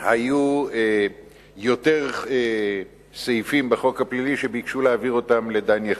היו יותר סעיפים בחוק הפלילי שביקשו להעביר אותם לדן יחיד.